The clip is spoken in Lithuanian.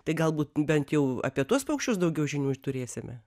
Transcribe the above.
tai galbūt bent jau apie tuos paukščius daugiau žinių turėsime